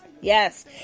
yes